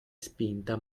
spinta